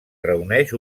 reuneix